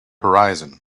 horizon